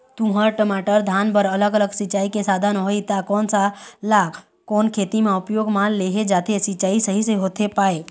तुंहर, टमाटर, धान बर अलग अलग सिचाई के साधन होही ता कोन सा ला कोन खेती मा उपयोग मा लेहे जाथे, सिचाई सही से होथे पाए?